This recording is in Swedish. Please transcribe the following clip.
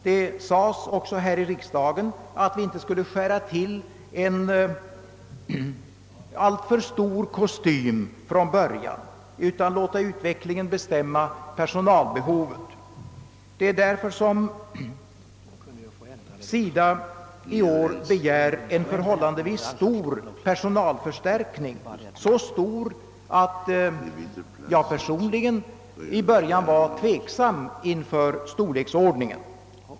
Det sades också här i riksdagen att vi inte skulle skära till en alltför stor kostym från början utan låta utvecklingen bestämma personalbehovet, Det är därför som SIDA i år begär en förhållandevis stor personalförstärkning, så stor att jag personligen i början var tveksam inför storleksordningen.